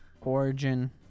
origin